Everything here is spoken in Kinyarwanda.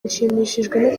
nshimishijwe